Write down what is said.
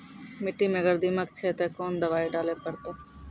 मिट्टी मे अगर दीमक छै ते कोंन दवाई डाले ले परतय?